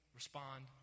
respond